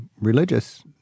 religious